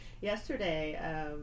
Yesterday